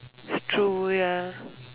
it's true ya